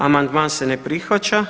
Amandman se ne prihvaća.